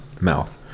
mouth